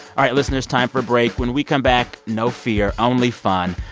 all right, listeners, time for a break. when we come back, no fear, only fun.